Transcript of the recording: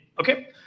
okay